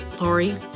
Lori